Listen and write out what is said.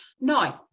No